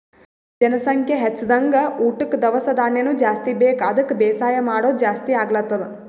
ಜನಸಂಖ್ಯಾ ಹೆಚ್ದಂಗ್ ಊಟಕ್ಕ್ ದವಸ ಧಾನ್ಯನು ಜಾಸ್ತಿ ಬೇಕ್ ಅದಕ್ಕ್ ಬೇಸಾಯ್ ಮಾಡೋದ್ ಜಾಸ್ತಿ ಆಗ್ಲತದ್